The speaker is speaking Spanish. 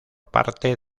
parte